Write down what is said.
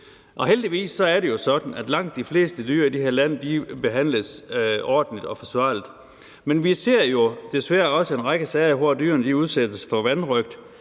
Heldigvis er det jo sådan, at langt de fleste dyr i det her land behandles ordentligt og forsvarligt, men vi ser desværre også en række sager, hvor dyrene udsættes for vanrøgt.